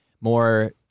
more